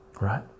right